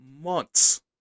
months